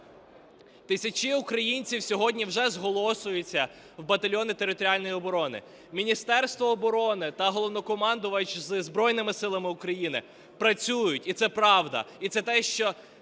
Тисячі українців сьогодні вже зголошуються в батальйони територіальної оборони. Міністерство оборони та Головнокомандувач із Збройними Силами України працюють. І це правда. І це те, що